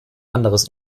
anderes